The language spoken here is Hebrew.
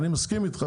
אני מסכים איתך